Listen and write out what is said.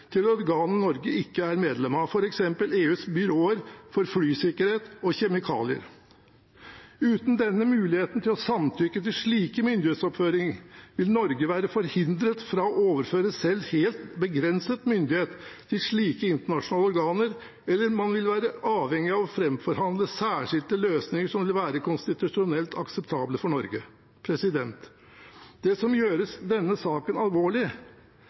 til organer Norge ikke er medlem av, f.eks. EUs byråer for flysikkerhet og kjemikalier. Uten denne muligheten til å samtykke til slike myndighetsoverføringer vil Norge være forhindret fra å overføre selv helt begrenset myndighet til slike internasjonale organer, eller man vil være avhengig av å framforhandle særskilte løsninger som vil være konstitusjonelt akseptable for Norge. Det som gjør denne saken alvorlig,